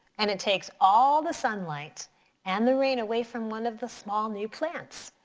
and it takes all the sunlight and the rain away from one of the small new plants.